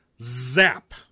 Zap